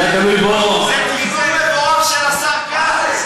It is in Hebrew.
אם זה היה תלוי בו, זה, מבורך של השר כץ.